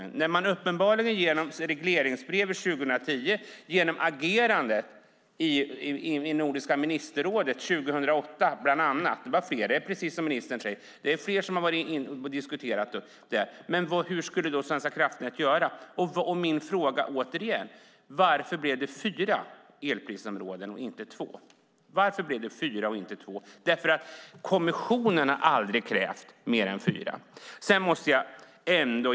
Uppenbarligen agerade man bland annat genom regleringsbrev 2010 och i Nordiska ministerrådet 2008. Det är fler som har diskuterat det, som ministern säger. Men hur skulle Svenska kraftnät göra? Min fråga blir återigen: Varför blev det fyra elprisområden och inte två? Kommissionen har aldrig krävt mer än två.